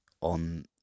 on